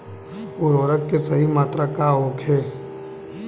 उर्वरक के सही मात्रा का होखे?